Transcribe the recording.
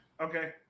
okay